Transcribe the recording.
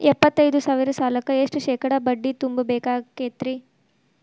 ಎಪ್ಪತ್ತೈದು ಸಾವಿರ ಸಾಲಕ್ಕ ಎಷ್ಟ ಶೇಕಡಾ ಬಡ್ಡಿ ತುಂಬ ಬೇಕಾಕ್ತೈತ್ರಿ?